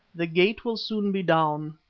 the gate will soon be down.